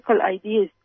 ideas